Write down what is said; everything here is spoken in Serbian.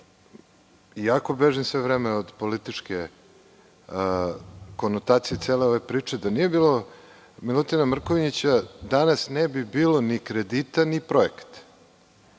iako bežim sve vreme od političke konotacije cele ove priče, da nije bilo Milutina Mrkonjića, danas ne bi bilo ni kredita ni projekata.